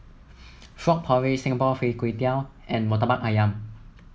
Frog Porridge Singapore Fried Kway Tiao and Murtabak ayam